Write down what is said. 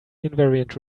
invariant